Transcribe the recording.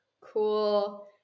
cool